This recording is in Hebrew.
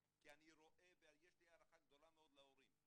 כי אני רואה ויש לי הערכה גדולה מאוד להורים.